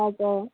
हजुर